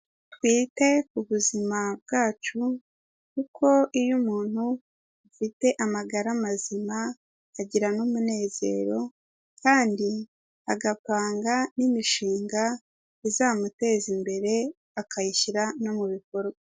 Twite ku buzima bwacu kuko iyo umuntu afite amagara mazima, agira n'umunezero kandi agapanga n'imishinga izamuteza imbere, akayishyira no mu bikorwa.